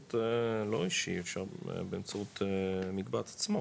באמצעות לא אישי, אפשר באמצעות המקבץ עצמו,